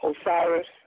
Osiris